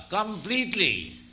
completely